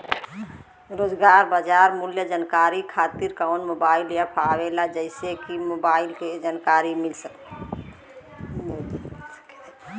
रोजाना बाजार मूल्य जानकारी खातीर कवन मोबाइल ऐप आवेला जेसे के मूल्य क जानकारी मिल सके?